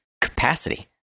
capacity